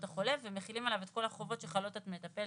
החולה ומחילים עליו את כל החובות שחלות על מטפל